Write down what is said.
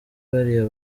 bariya